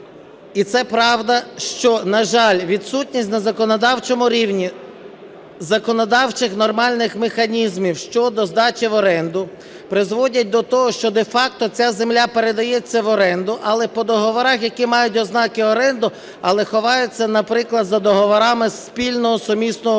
І це правда, що, на жаль, відсутність на законодавчому рівні законодавчих нормальних механізмів щодо здачі в оренду призводять до того, що де-факто ця земля передається в оренду, але по договорах, які мають ознаки оренди, але ховаються, наприклад, за договорами спільного сумісного обробітку або